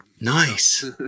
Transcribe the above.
Nice